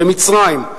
במצרים,